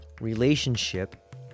relationship